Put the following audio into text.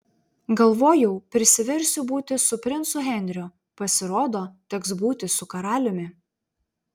galvojau prisiversiu būti su princu henriu pasirodo teks būti su karaliumi